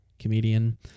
comedian